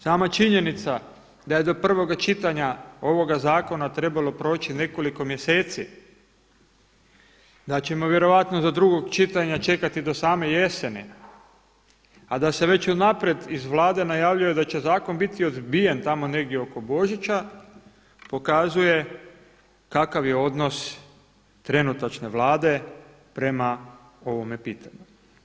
Sama činjenica da je do prvoga čitanja ovoga zakona trebalo proći nekoliko mjeseci, da ćemo vjerojatno do drugog čitanja čekati do same jeseni a da se već unaprijed iz Vlade najavljuje da će zakon biti odbijen tamo negdje oko Božića pokazuje kakav je odnos trenutačne Vlade prema ovome pitanju.